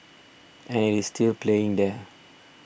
and it is still playing there